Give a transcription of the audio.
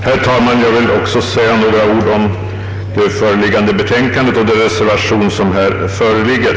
Herr talman! Också jag vill säga några ord om betänkandet och den reservation som här föreligger.